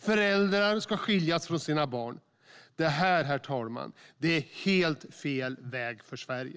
Föräldrar ska skiljas från sina barn. Det här, herr talman, är helt fel väg för Sverige.